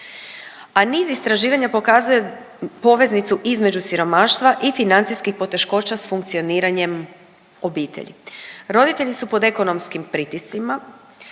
A niz istraživanja pokazuje poveznicu između siromaštva i financijskih poteškoća s funkcioniranjem obitelji. Roditelji su pod ekonomskim pritiscima,